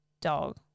dog